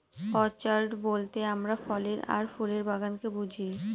orchard বলতে আমরা ফলের আর ফুলের বাগানকে বুঝি